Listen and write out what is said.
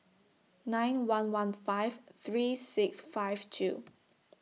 nine one one five three six five two